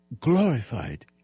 glorified